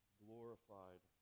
glorified